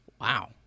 Wow